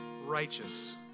righteous